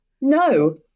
No